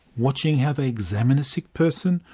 watching how they examine a sick person,